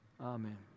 Amen